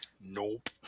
Nope